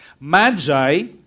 Magi